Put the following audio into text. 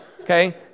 okay